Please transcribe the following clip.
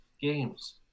games